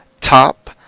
top